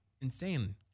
insane